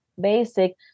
basic